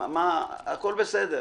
שהכול בסדר.